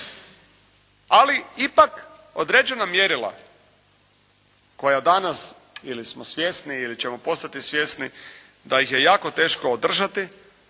ali ipak određena mjerila koja danas ili smo svjesni ili ćemo postati svjesni da ih je jako teško održati